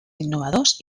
innovadors